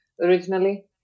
originally